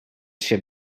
się